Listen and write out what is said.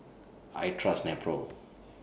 I Trust Nepro